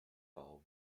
bau